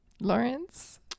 Lawrence